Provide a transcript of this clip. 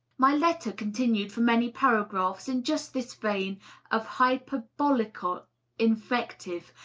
my letter continued for many paragraphs in just this vein of hyperbolical invective,